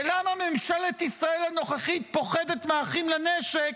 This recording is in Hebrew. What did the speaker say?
ולמה ממשלת ישראל הנוכחית פוחדת מאחים לנשק,